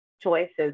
choices